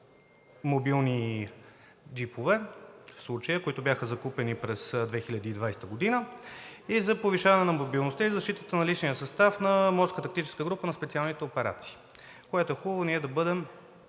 мобилни джипове в случая, които бяха закупени през 2020 г., и за повишаване на мобилността и защитата на личния състав на морска тактическа група на Специалните операции, което е хубаво – ние да бъдем